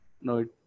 No